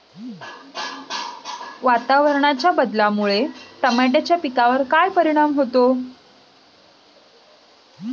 वातावरणाच्या बदलामुळे टमाट्याच्या पिकावर काय परिणाम होतो?